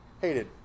hated